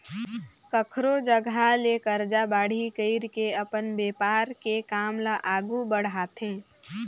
कखरो जघा ले करजा बाड़ही कइर के अपन बेपार के काम ल आघु बड़हाथे